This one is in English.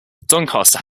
doncaster